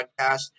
podcast